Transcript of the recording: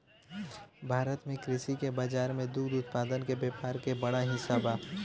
भारत में कृषि के बाजार में दुग्ध उत्पादन के व्यापार क बड़ा हिस्सा बा